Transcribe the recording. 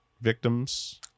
victims